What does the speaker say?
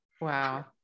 Wow